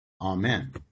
Amen